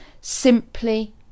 simply